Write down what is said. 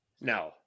No